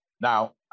Now